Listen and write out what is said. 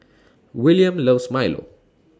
Willaim loves Milo